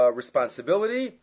responsibility